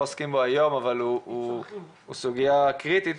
עוסקים בו היום אבל הוא סוגיה קריטית.